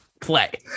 play